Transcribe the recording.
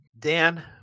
Dan